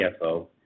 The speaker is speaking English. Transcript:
CFO